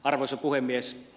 arvoisa puhemies